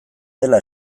dela